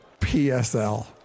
PSL